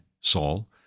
Saul